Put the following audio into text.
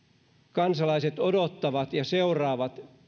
kansalaiset odottavat ja seuraavat